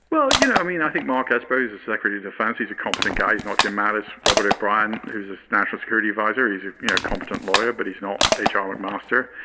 well, you know, i mean, i think mark asbos as secretary defense, he's a competent guy who's not jim mattis, robert o'brien, who's a national security adviser. he's a competent lawyer, but he's not a child like molester.